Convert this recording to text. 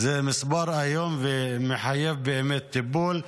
זה מספר איום, ובאמת מחייב טיפול.